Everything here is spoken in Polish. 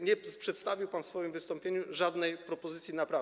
Nie przedstawił pan w swoim wystąpieniu żadnej propozycji naprawy.